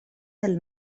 del